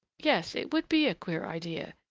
yes, it would be a queer idea,